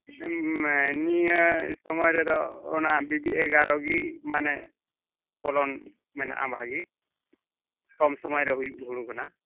ᱱᱤᱭᱟᱹ ᱥᱚᱢᱚᱭ ᱨᱮᱫᱚ ᱚᱱᱟ ᱵᱤᱵᱤ ᱮᱜᱟᱨᱚ ᱜᱮ ᱢᱟᱱᱮ ᱯᱷᱚᱞᱚᱱ ᱢᱮᱱᱟᱜᱼᱟ ᱵᱷᱟᱹᱜᱤ ᱠᱚᱢ ᱥᱚᱢᱚᱭ ᱨᱮ ᱦᱩᱭᱩᱜ ᱦᱩᱲᱩ ᱠᱟᱱᱟ